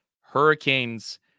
Hurricanes